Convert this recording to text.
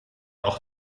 auch